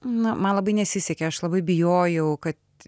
na man labai nesisekė aš labai bijojau kad